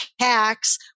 tax